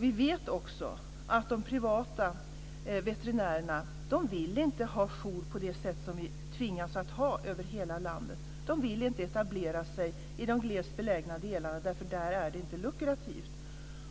Vi vet också att de privata veterinärerna inte vill ha jour på det sätt som vi tvingas ha över hela landet. De vill inte etablera sig i de glest befolkade delarna, för där är det inte lukrativt.